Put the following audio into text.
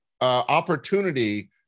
opportunity